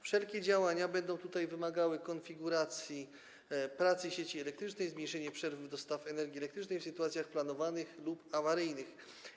Wszelkie działania będą wymagały konfiguracji pracy sieci elektrycznej i zmniejszenia przerw w dostawie energii elektrycznej w sytuacjach planowanych lub awaryjnych.